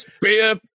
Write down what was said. beer